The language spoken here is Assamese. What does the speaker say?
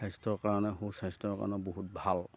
স্বাস্থ্যৰ কাৰণে সুস্বাস্থ্যৰ কাৰণে বহুত ভাল